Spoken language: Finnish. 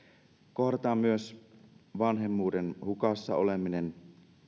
kohdataan myös vanhemmuuden hukassa oleminen